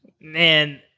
Man